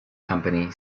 company